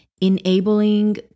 enabling